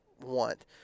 want